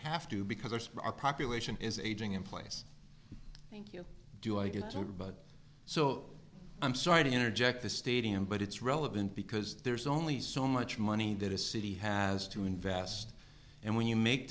have to because there's our population is aging in place thank you do i get to rebut so i'm sorry to interject this stadium but it's relevant because there's only so much money that a city has to invest and when you make